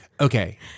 Okay